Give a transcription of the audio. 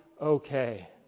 okay